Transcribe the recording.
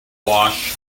wash